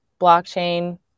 blockchain